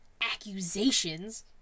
accusations